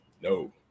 No